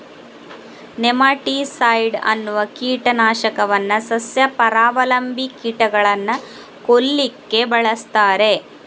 nematicide ಅನ್ನುವ ಕೀಟ ನಾಶಕವನ್ನ ಸಸ್ಯ ಪರಾವಲಂಬಿ ಕೀಟಗಳನ್ನ ಕೊಲ್ಲಿಕ್ಕೆ ಬಳಸ್ತಾರೆ